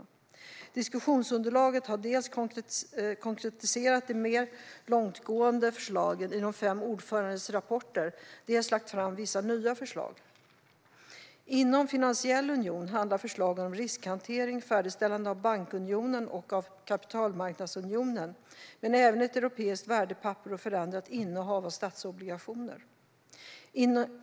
I diskussionsunderlaget har man dels konkretiserat de mer långtgående förslagen i de fem ordförandenas rapport, dels lagt fram vissa nya förslag. Inom det område som rör en finansiell union handlar förslagen om riskhantering och färdigställande av bankunionen och av kapitalmarknadsunionen, men det handlar även om ett europeiskt värdepapper och förändrat innehav av statsobligationer.